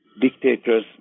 dictators